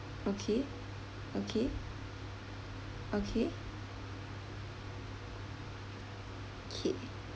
okay okay okay K